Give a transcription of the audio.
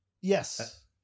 Yes